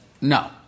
No